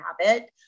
habit